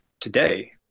today